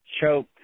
choke